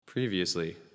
Previously